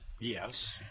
Yes